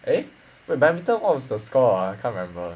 eh the badminton what was the score ah I can't remember